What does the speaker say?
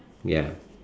ya